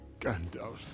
Gandalf